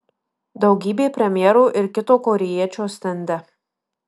daugybė premjerų ir kito korėjiečio stende